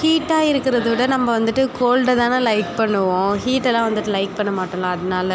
ஹீட்டாக இருக்கிறத விட நம்ம வந்துட்டு கோல்டு தான் லைக் பண்ணுவோம் ஹீட்டெல்லாம் வந்துட்டு லைக் பண்ண மாட்டோம்ல அதனால